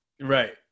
right